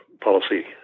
policy